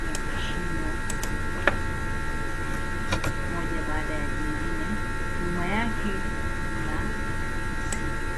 ya mashimo moja baada ya jingine, nyuma yake mna msitu.